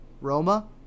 Roma